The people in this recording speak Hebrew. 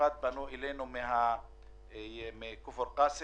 פנו אלינו במיוחד מכפר קאסם.